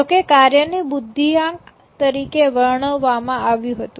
જોકે કાર્યને બુદ્ધિઆંક તરીકે વર્ણવવામાં આવ્યું હતું